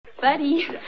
buddy